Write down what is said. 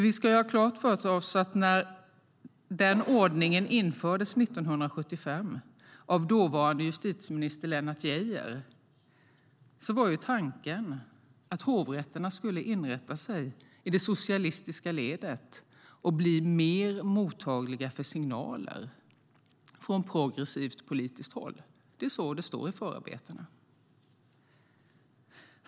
Vi ska ha klart för oss att när den ordningen infördes 1975 av dåvarande justitieminister Lennart Geijer var tanken att hovrätterna skulle inrätta sig i det socialistiska ledet och bli mer mottagliga för signaler från progressivt politiskt håll. Det är så det står i förarbetena.